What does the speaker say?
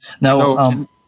Now